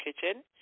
kitchen